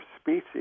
species